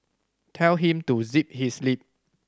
tell him to zip his lip